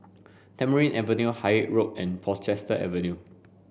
Tamarind Avenue Haig Road and Portchester Avenue